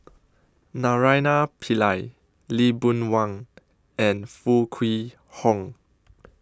Naraina Pillai Lee Boon Wang and Foo Kwee Horng